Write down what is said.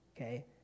Okay